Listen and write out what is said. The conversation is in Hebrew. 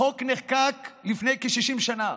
החוק נחקק לפני כ-60 שנה,